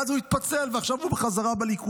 ואז הוא התפצל, ועכשיו הוא אולי בחזרה בליכוד.